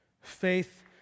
faith